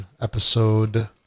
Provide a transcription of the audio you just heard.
episode